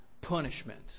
punishment